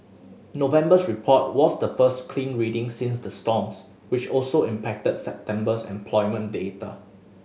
November's report was the first clean reading since the storms which also impacted September's employment data